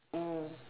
mm